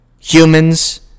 Humans